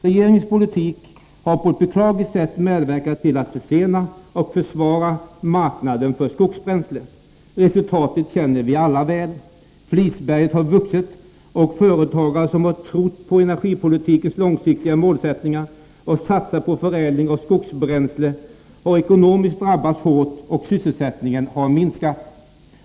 Regeringens politik har på ett beklagligt sätt medverkat till att försena uppbyggandet av och försvaga marknaden för skogsbränsle. Resultatet känner vi alla. Flisberget har vuxit. Företagare som trott på energipolitikens långsiktiga målsättningar och satsat på förädling av skogsbränsle har ekonomiskt drabbats hårt, och sysselsättningen har minskat.